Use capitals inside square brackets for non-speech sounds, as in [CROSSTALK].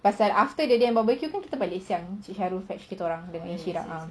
pasal after that day barbecue kan kita balik siang cik shahrul fetch kita orang [NOISE]